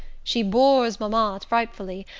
she bores mamma frightfully,